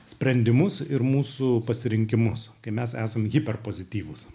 sprendimus ir mūsų pasirinkimus kai mes esam hiper pozityvūs